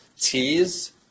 Ts